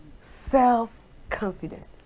self-confidence